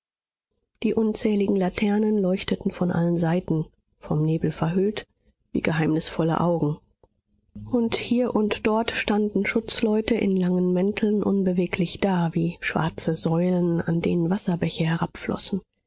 die unzähligen laternen leuchteten von allen seiten vom nebel verhüllt wie geheimnisvolle augen und hier und dort standen schutzleute in langen mänteln unbeweglich da wie schwarze säulen an denen wasserbäche